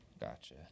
Gotcha